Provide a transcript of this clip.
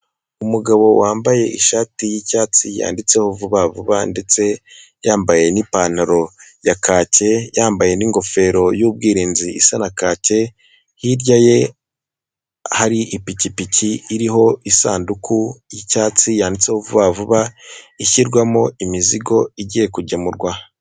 Umugabo wambaye ishati y'icyatsi yanditseho Vuba Vuba ndetse yambaye n'ipantaro ya kacye ,yambaye n'ingofero y'ubwirinzi isa nka kacye. Hirya ye hari ipikipiki iriho isanduku y'icyatsi yanditseho Vuba Vuba ishyirwamo imizigo igiye kugemurwa.